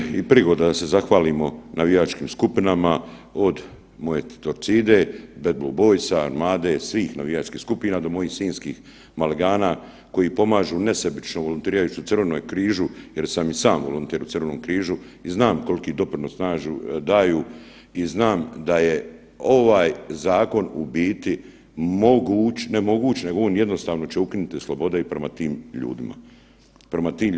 Evo ovdje je i prigoda da se zahvalimo navijačkim skupinama od moje Torcide, BBB, Armade svih navijačkih skupina do mojih sinjskih Maligana koji pomažu nesebično volontirajući u Crvenom križu jer sam i sam volonter u Crvenom križu i znam koliki doprinos daju i znam da je ovaj zakon u biti moguć, ne moguć nego on jednostavno će ukinut slobode i prema tim ljudima.